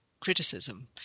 criticism